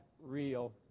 real